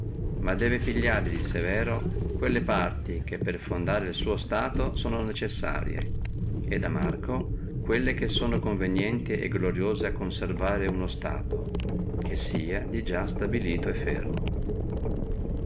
ma debbe pigliare da severo quelle parti che per fondare el suo stato sono necessarie e da marco quelle che sono convenienti e gloriose a conservare uno stato che sia già stabilito e fermo